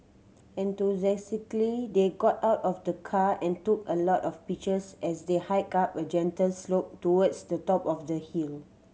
enthusiastically they got out of the car and took a lot of pictures as they hiked up a gentle slope towards the top of the hill